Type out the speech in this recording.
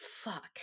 fuck